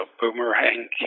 boomerang